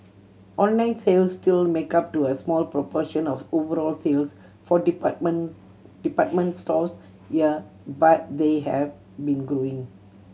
online sales still make up to a small proportion of overall sales for department department stores here but they have been growing